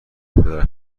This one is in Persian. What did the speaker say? پدر